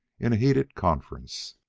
in a heated conference.